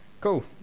Cool